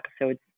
episodes